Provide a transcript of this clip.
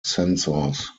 sensors